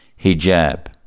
hijab